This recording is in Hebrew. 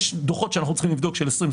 יש דוחות שאנחנו צריכים לבדוק של 20',